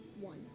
one